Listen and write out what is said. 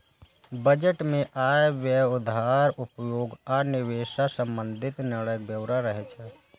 budget मे आय, व्यय, उधार, उपभोग आ निवेश सं संबंधित निर्णयक ब्यौरा रहै छै